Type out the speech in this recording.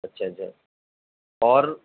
اچھا اچھا اور